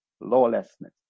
lawlessness